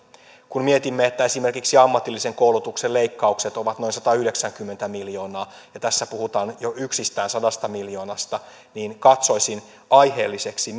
kun mietimme että esimerkiksi ammatillisen koulutuksen leikkaukset ovat noin satayhdeksänkymmentä miljoonaa ja tässä puhutaan jo yksistään sadasta miljoonasta niin katsoisin aiheelliseksi